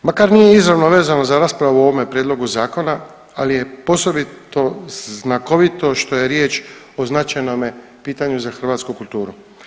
I na kraju, makar nije izravno vezano za raspravu o ovome prijedlogu zakona, ali je posebito znakovito što je riječ o značajnome pitanju za hrvatsku kulturu.